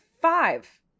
five